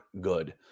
good